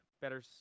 better